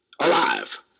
alive